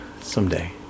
Someday